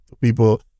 people